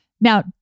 Now